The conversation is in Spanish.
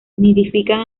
nidifican